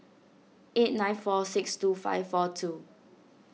eight nine four six two five four two